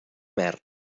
mer